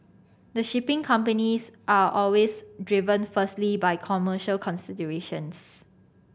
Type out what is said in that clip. the shipping companies are always driven firstly by commercial considerations